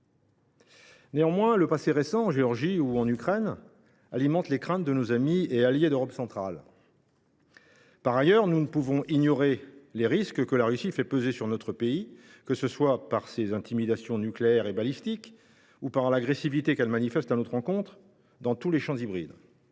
Néanmoins, le passé récent, en Géorgie ou en Ukraine, alimente les craintes de nos amis et alliés d’Europe centrale. Par ailleurs, nous ne pouvons ignorer les risques que la Russie fait peser sur notre pays, que ce soit par ses intimidations nucléaires et balistiques ou par l’agressivité qu’elle manifeste à notre encontre dans tous les champs hybrides.